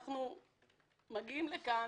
אנחנו מגיעים לכאן,